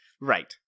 Right